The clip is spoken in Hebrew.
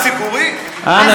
חברת הכנסת רוזין,